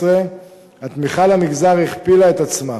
התמיכה למגזר הכפילה את עצמה,